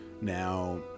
now